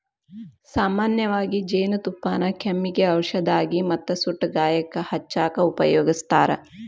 ಸಾಮನ್ಯವಾಗಿ ಜೇನುತುಪ್ಪಾನ ಕೆಮ್ಮಿಗೆ ಔಷದಾಗಿ ಮತ್ತ ಸುಟ್ಟ ಗಾಯಕ್ಕ ಹಚ್ಚಾಕ ಉಪಯೋಗಸ್ತಾರ